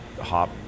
hop